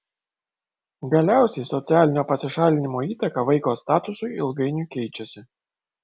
galiausiai socialinio pasišalinimo įtaka vaiko statusui ilgainiui keičiasi